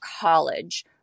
college